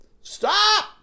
Stop